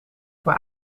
voor